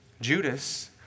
Judas